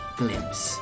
glimpse